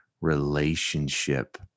relationship